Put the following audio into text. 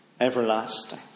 everlasting